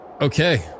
Okay